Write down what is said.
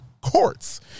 Courts